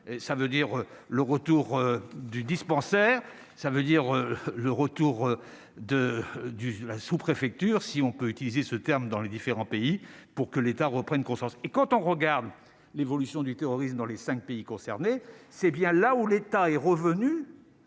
ça veut dire le retour du dispensaire, ça veut dire le retour de du de la sous-préfecture, si on peut utiliser ce terme dans les différents pays pour que l'État reprenne conscience et quand on regarde l'évolution du terrorisme dans les 5 pays concernés. C'est bien là où l'État est revenu.